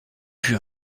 vue